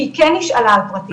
שהיא כן נשאלה על פרטים.